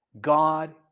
God